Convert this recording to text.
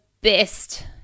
best